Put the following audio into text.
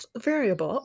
Variable